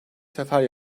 sefer